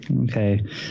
Okay